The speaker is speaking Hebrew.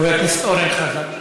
חבר הכנסת אורן חזן.